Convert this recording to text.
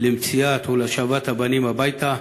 למציאת הבנים ולהשבתם הביתה,